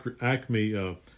Acme